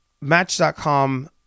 match.com